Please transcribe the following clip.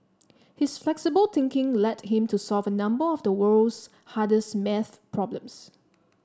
his flexible thinking led him to solve a number of the world's hardest math problems